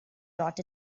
brought